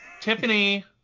Tiffany